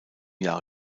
jahre